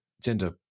gender